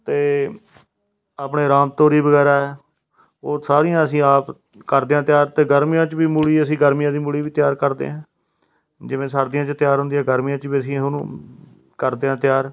ਅਤੇ ਆਪਣੇ ਰਾਮ ਤੋਰੀ ਵਗੈਰਾ ਹੈ ਉਹ ਸਾਰੀਆਂ ਅਸੀਂ ਆਪ ਕਰਦੇ ਹਾਂ ਤਿਆਰ ਅਤੇ ਗਰਮੀਆਂ 'ਚ ਵੀ ਮੂਲੀ ਅਸੀਂ ਗਰਮੀਆਂ ਦੀ ਮੂਲੀ ਵੀ ਤਿਆਰ ਕਰਦੇ ਹਾਂ ਜਿਵੇਂ ਸਰਦੀਆਂ 'ਚ ਤਿਆਰ ਹੁੰਦੀ ਆ ਗਰਮੀਆਂ 'ਚ ਵੀ ਅਸੀਂ ਉਹਨੂੰ ਕਰਦੇ ਹਾਂ ਤਿਆਰ